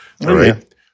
right